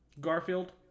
Garfield